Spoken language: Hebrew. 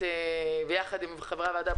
ביחד עם חברי הוועדה,